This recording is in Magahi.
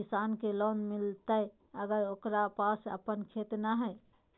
किसान के लोन मिलताय अगर ओकरा पास अपन खेत नय है?